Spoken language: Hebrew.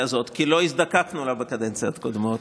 הזאת כי לא הזדקקנו לה בקדנציות הקודמות.